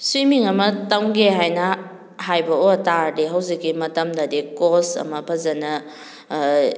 swimming ꯑꯃ ꯇꯝꯒꯦ ꯍꯥꯏꯅ ꯍꯥꯏꯕ ꯑꯣꯏꯇꯥꯔꯗꯤ ꯍꯧꯖꯤꯛꯀꯤ ꯃꯇꯝꯗꯗꯤ ꯀꯣꯁ ꯑꯃ ꯐꯖꯅ